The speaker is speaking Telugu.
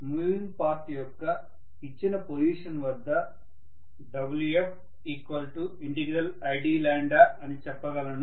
మూవింగ్ పార్ట్ యొక్క ఇచ్చిన పొజిషన్ వద్ద Wfidఅని చెప్పగలను